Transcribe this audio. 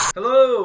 Hello